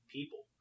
people